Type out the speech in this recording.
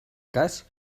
cas